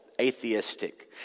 atheistic